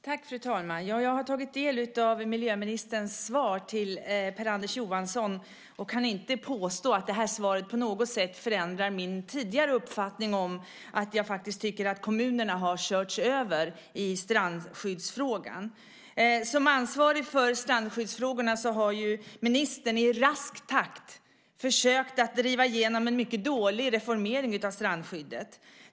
Fru talman! Jag har tagit del av miljöministerns svar till Bengt-Anders Johansson och kan inte påstå att svaret på något sätt förändrar min tidigare uppfattning att kommunerna har körts över i strandskyddsfrågan. Som ansvarig för strandskyddsfrågorna har ministern i rask takt försökt att driva igenom en mycket dålig reformering av strandskyddet.